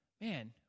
man